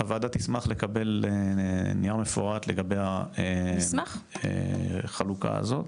הוועדה תשמח לקבל נייר מפורט לגבי החלוקה הזאת.